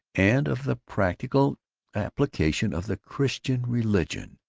and of the practical application of the christian religion!